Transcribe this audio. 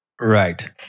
Right